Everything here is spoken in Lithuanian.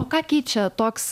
o ką keičia toks